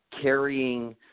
carrying